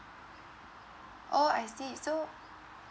oh I see so